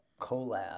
collab